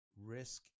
risk